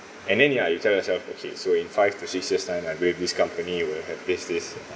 and then ya you tell yourself okay so in five to six years time I believe this company will have this this uh